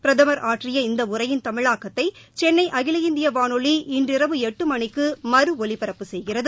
பிரதமர் ஆற்றிய இந்த உரையின் தமிழாக்கத்தை சென்னை அகில இந்திய வானொலி இன்றிரவு எட்டு மணிக்கு மறுஒலிபரப்பு செய்கிறது